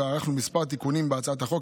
וערכנו כמה תיקונים בהצעת החוק,